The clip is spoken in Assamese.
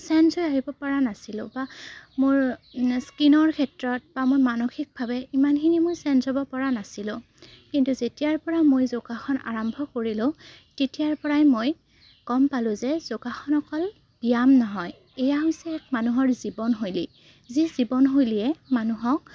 চেঞ্জ হৈ আহিব পৰা নাছিলোঁ বা মোৰ স্কিনৰ ক্ষেত্ৰত বা মই মানসিকভাৱে ইমানখিনি মই চেঞ্জ হ'ব পৰা নাছিলোঁ কিন্তু যেতিয়াৰপৰা মই যোগাসন আৰম্ভ কৰিলোঁ তেতিয়াৰপৰাই মই গম পালোঁ যে যোগাসন অকল ব্যায়াম নহয় এয়া হৈছে এক মানুহৰ জীৱনশৈলী যি জীৱনশৈলীয়ে মানুহক